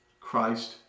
Christ